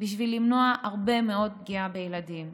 בשביל למנוע הרבה מאוד פגיעה בילדים.